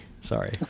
Sorry